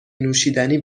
نوشیدنی